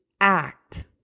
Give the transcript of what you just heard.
act